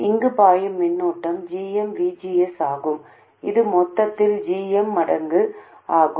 இங்கு பாயும் மின்னோட்டம் gmVGS ஆகும் இது மொத்தத்தில் gm மடங்கு ஆகும்